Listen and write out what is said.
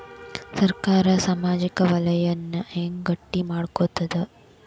ಸರ್ಕಾರಾ ಸಾಮಾಜಿಕ ವಲಯನ್ನ ಹೆಂಗ್ ಗಟ್ಟಿ ಮಾಡ್ಕೋತದ?